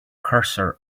cursor